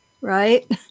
right